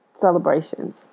celebrations